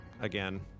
again